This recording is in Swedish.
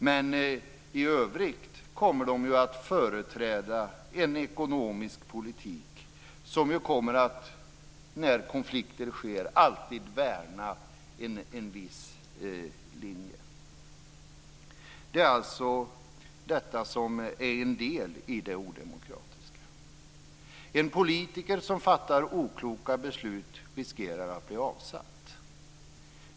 Men i övrigt kommer de ju att företräda en ekonomisk politik som ju, när konflikter sker, alltid kommer att värna en viss linje. Det är alltså detta som är en del i det odemokratiska. En politiker som fattar okloka beslut riskerar att bli avsatt.